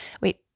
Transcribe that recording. Wait